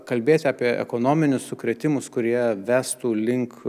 kalbėt apie ekonominius sukrėtimus kurie vestų link